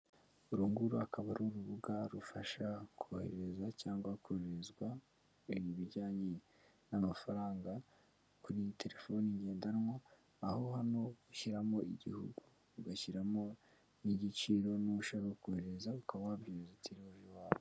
Urunguru akaba ari urubuga rufasha kohereza cyangwa kohererezwa, ibintu bijyanye n'amafaranga kuri iyi telefoni ngendanwa, aho hano ushyiramo igihugu, ugashyiramo n'igiciro n'uwo ushaka koherereza, ukaba wabyohereza utiriwe uva iwawe.